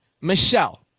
Michelle